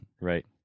right